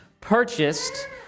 purchased